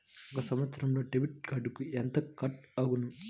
ఒక సంవత్సరంలో డెబిట్ కార్డుకు ఎంత కట్ అగును?